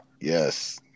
Yes